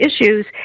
issues